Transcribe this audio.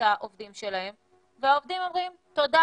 העובדים שלהם והעובדים אומרים: תודה,